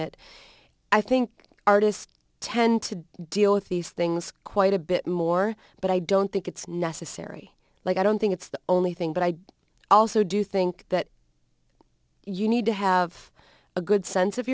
it i think artists tend to deal with these things quite a bit more but i don't think it's necessary like i don't think it's the only thing but i also do think that you need to have a good sense of